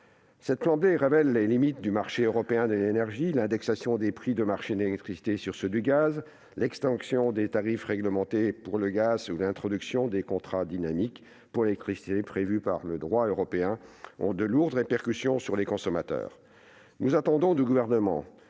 Cette flambée révèle les limites du marché européen de l'énergie. L'indexation des prix de marché de l'électricité sur ceux du gaz, l'extinction des tarifs réglementés pour le gaz ou l'introduction des contrats dynamiques pour l'électricité, prévues par le droit européen, ont d'importantes répercussions pour les consommateurs. Nous attendons du Gouvernement